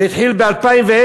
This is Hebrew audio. זה התחיל ב-2010,